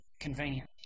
convenient